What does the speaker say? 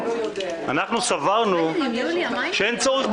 סברנו שאין צורך,